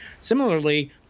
Similarly